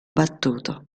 battuto